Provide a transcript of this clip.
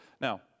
Now